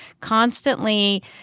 constantly